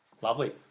Lovely